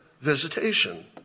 visitation